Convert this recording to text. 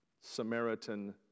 Samaritan